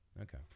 Okay